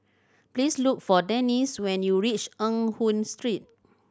please look for Denisse when you reach Eng Hoon Street